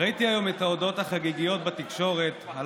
ראיתי היום את ההודעות החגיגיות בתקשורת על